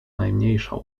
najmniejsza